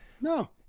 No